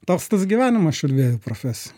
toks tas gyvenimas šių dviejų profesijų